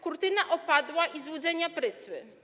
Kurtyna opadła i złudzenia prysły.